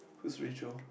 who is Rachel